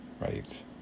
right